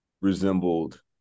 resembled